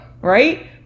right